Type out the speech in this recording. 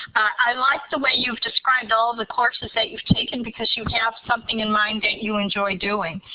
i like the way you've described all of the courses that you've taken because you have something in mind that you enjoy doing.